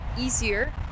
easier